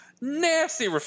Nasty